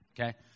Okay